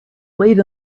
late